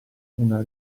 una